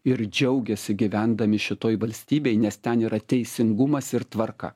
ir džiaugiasi gyvendami šitoj valstybėj nes ten yra teisingumas ir tvarka